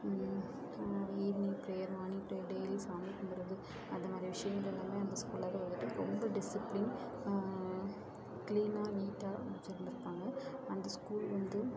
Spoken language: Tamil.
evening prayer morning prayer daily சாமி கும்புடுறது அதை மாதிரி விஷயங்கள் எல்லாமே அந்த ஸ்கூல்ல இருந்து வந்துட்டு ரொம்ப டிசிப்ளின் க்ளீனாக நீட்டாக வச்சிருந்துருப்பாங்க அந்த ஸ்கூல் வந்து